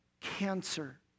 cancer